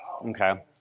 Okay